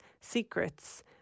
secrets